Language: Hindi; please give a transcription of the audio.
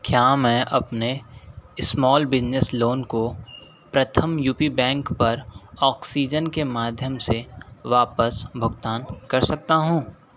क्या मैं अपने स्मॉल बिजनेस लोन को प्रथम यू पी बैंक पर ऑक्सीजन के माध्यम से वापस भुगतान कर सकता हूँ